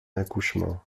accouchement